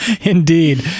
Indeed